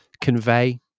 convey